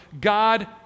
God